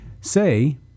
Say